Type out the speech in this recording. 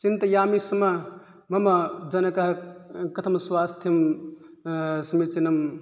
चिन्तयामि स्म मम जनकः कथं स्वास्थ्यं समीचीनम्